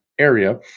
area